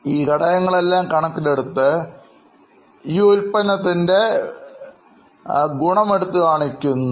ഈ ഘടകങ്ങളെല്ലാം കണക്കിലെടുത്ത് ഈ ഉൽപ്പന്നത്തിൻറെ ഗുണം എടുത്തുകാണിക്കുന്നു